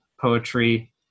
poetry